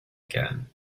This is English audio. again